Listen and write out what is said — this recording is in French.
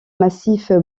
massif